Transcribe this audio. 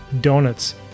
donuts